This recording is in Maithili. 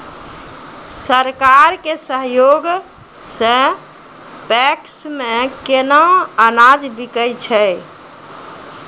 सरकार के सहयोग सऽ पैक्स मे केना अनाज बिकै छै?